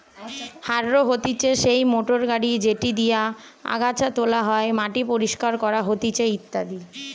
harrow হতিছে সেই motor গাড়ি যেটি দিয়া আগাছা তোলা হয়, মাটি পরিষ্কার করা হতিছে ইত্যাদি